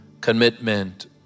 commitment